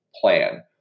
plan